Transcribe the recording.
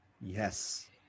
yes